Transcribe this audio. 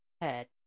head